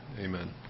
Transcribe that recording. Amen